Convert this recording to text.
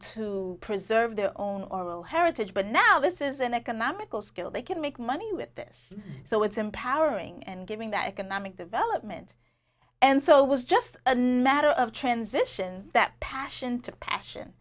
to preserve their own oral heritage but now this is an economical skill that can make money with this so it's empowering and giving that economic development and so was just a natural of transition that passion to passion